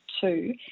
two